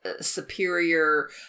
superior